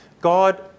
God